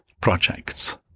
projects